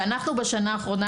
בשנה האחרונה,